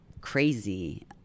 crazy